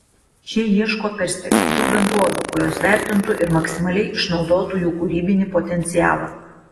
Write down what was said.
šie ieško perspektyvių bendrovių kurios vertintų ir maksimaliai išnaudotų jų kūrybinį potencialą